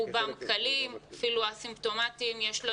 רובם קלים ואפילו א-סימפטומטיים.